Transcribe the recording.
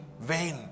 vain